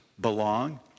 belong